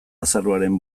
azaroaren